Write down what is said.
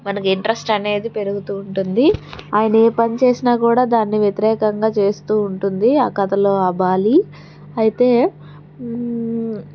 మనకి ఇంట్రస్టు అనేది పెరుగుతూ ఉంటుంది ఆయన ఏ పని చేసినా కూడా దాన్ని వ్యతిరేకంగా ఉంటుంది ఆ కథలో ఆ బాలీ అయితే